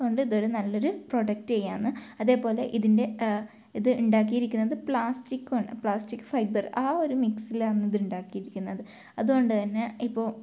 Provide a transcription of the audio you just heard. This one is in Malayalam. അതുകൊണ്ട് ഇത് നല്ലൊരു പ്രോഡക്ണ്റ്റാണ് അതേപോലെ ഇതിൻ്റെ ഇത് ഉണ്ടാക്കിയിരിക്കുന്നത് പ്ലാസ്റ്റിക് കൊണ്ട് പ്ലാസ്റ്റിക് ഫൈബർ ആ ഒരു മിക്സിലാണ് ഇത് ഉണ്ടാക്കിയിരിക്കുന്നത് അതുകൊണ്ടു തന്നെ ഇപ്പോൾ